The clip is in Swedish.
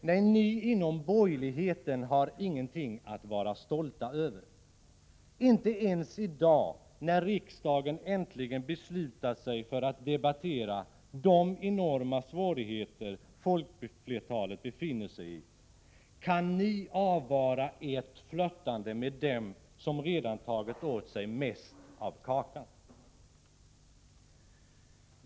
Nej, ni inom borgerligheten har ingenting att vara stolta över. Inte ens i dag, när riksdagen äntligen beslutat sig för att debattera de enorma svårigheter folkflertalet befinner sig i, kan ni avvara ert flörtande med dem som redan tagit åt sig mest av kakan.